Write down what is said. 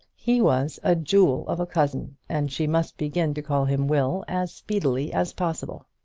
he was a jewel of a cousin, and she must begin to call him will as speedily as possible.